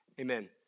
Amen